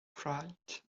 crate